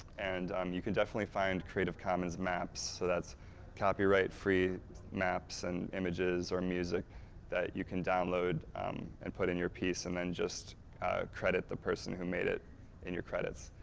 and, um you could definitely find creative commons maps so that's copyright free maps and images, or music that you can download and put in your piece and then just credit the person who made it in your credits.